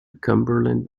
cumberland